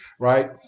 Right